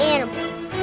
Animals